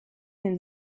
den